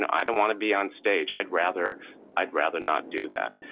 and i don't want to be on stage. i'd rather i'd rather not do that.